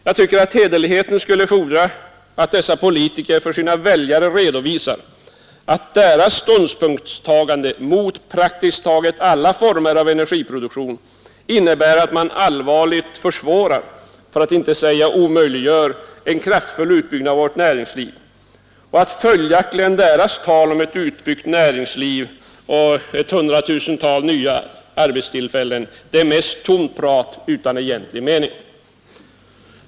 Jag tycker att hederligheten skulle fordra att dessa politiker för sina väljare redovisar att deras ståndpunktstagande mot praktiskt taget alla former av energiproduktion innebär att man allvarligt försvårar, för att inte säga omöjliggör, en kraftfull utbyggnad av vårt näringsliv och att följaktligen deras tal om ett utbyggt näringsliv och hundratusentals nya arbetstillfällen mest är tomt prat utan egentlig mening.